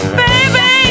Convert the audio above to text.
baby